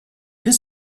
been